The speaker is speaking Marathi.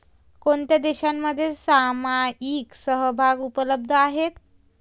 कोणत्या देशांमध्ये सामायिक समभाग उपलब्ध आहेत?